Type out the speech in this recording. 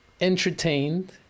entertained